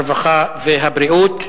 הרווחה והבריאות.